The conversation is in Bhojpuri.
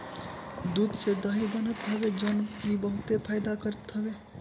दूध से दही बनत हवे जवन की बहुते फायदा करत हवे